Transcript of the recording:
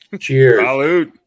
Cheers